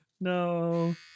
No